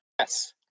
Yes